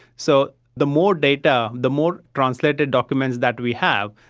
so the more data, the more translated documents that we have,